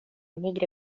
nigre